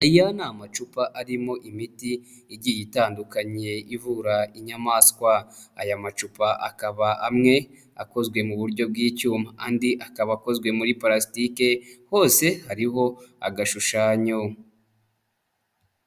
Aya ni amacupa arimo imiti igiye itandukanye ivura inyamaswa, aya macupa akaba amwe akozwe mu buryo bw'icyuma, andi akaba akozwe muri parastike, hose hariho agashushanyo.